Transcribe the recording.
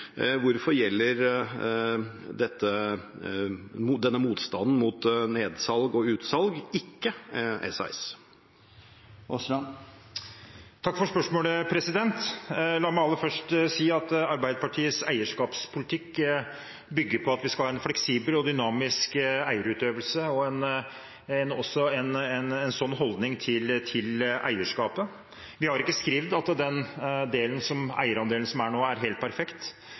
hvorfor gjelder denne motstanden mot nedsalg og utsalg ikke SAS? Takk for spørsmålet. La meg aller først si at Arbeiderpartiets eierskapspolitikk bygger på at vi skal ha en fleksibel og dynamisk eierutøvelse og også en slik holdning til eierskapet. Vi har ikke skrevet at den eierandelen som er nå, er helt perfekt.